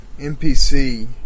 NPC